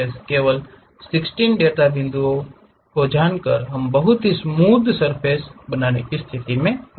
केवल 16 डेटा बिंदुओं को जानकर हम बहुत ही स्मूध सर्फ़ेस बनाने की स्थिति में होंगे